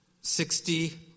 sixty